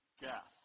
death